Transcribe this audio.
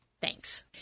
Thanks